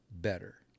better